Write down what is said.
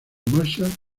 marshall